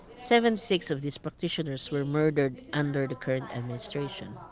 seventy six of these practitioners were murdered under the current administration.